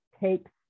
takes